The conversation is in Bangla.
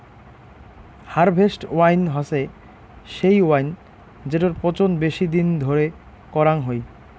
হারভেস্ট ওয়াইন হসে সেই ওয়াইন জেটোর পচন বেশি দিন ধরে করাং হই